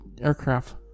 aircraft